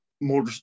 more